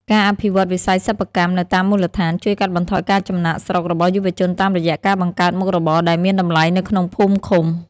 ការអភិវឌ្ឍវិស័យសិប្បកម្មនៅតាមមូលដ្ឋាន ជួយកាត់បន្ថយការចំណាកស្រុករបស់យុវជនតាមរយៈការបង្កើតមុខរបរដែលមានតម្លៃនៅក្នុងភូមិឃុំ។